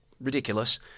ridiculous